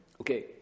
Okay